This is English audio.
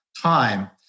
time